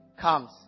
comes